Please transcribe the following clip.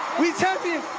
we champions.